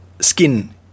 skin